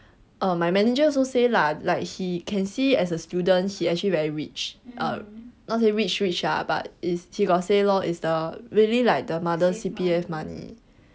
uh my manager also say lah like he can see as a student he actually very rich err not say rich rich ah but he got say lor it's the really like the mother C_P_F money